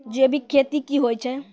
जैविक खेती की होय छै?